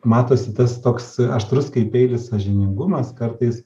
matosi tas toks aštrus kaip peilis sąžiningumas kartais